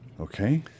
Okay